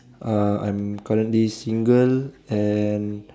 uh I'm currently single and